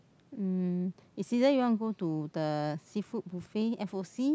um it's either you want to go to the seafood buffet f_o_c